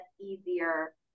easier